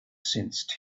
sensed